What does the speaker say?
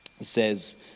says